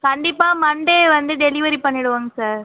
கண்டிப்பாக மண்டே வந்து டெலிவெரி பண்ணிவிடுவோங்க சார்